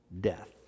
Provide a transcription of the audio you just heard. death